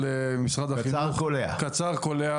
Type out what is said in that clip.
קצר וקולע,